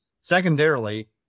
Secondarily